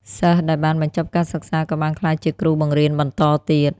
សិស្សដែលបានបញ្ចប់ការសិក្សាក៏បានក្លាយជាគ្រូបង្រៀនបន្តទៀត។